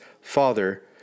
Father